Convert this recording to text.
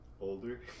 Older